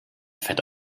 fett